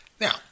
Now